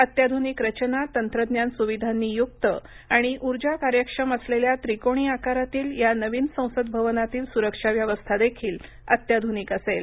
अत्याधूनिक रचना तंत्रज्ञान सुविधांनी युक्त आणि ऊर्जा कार्यक्षम असलेल्या त्रिकोणी आकारातील या नवीन संसद भवनातली सुरक्षा व्यवस्था देखील अत्याधुनिक असेल